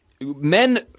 men